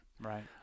Right